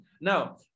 Now